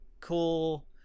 cool